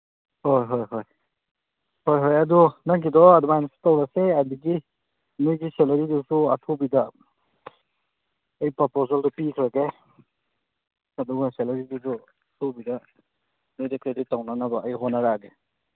ꯍꯣꯏ ꯍꯣꯏ ꯍꯣꯏ ꯍꯣꯏ ꯍꯣꯏ ꯑꯗꯣ ꯅꯪꯒꯤꯗꯣ ꯑꯗꯨꯃꯥꯏꯅ ꯇꯧꯔꯁꯦ ꯑꯗꯒꯤ ꯅꯣꯏꯒꯤ ꯁꯦꯂꯔꯤꯁꯤꯁꯨ ꯑꯊꯨꯕꯤꯗ ꯑꯩ ꯄ꯭ꯔꯄꯣꯖꯦꯜꯗꯣ ꯄꯤꯈ꯭ꯔꯒꯦ ꯑꯗꯨꯒ ꯁꯦꯂꯔꯤꯗꯨꯁꯨ ꯑꯊꯨꯕꯤꯗ ꯅꯣꯏꯗ ꯀ꯭ꯔꯦꯗꯤꯠ ꯇꯧꯅꯅꯕ ꯑꯩ ꯍꯣꯠꯅꯔꯛꯑꯒꯦ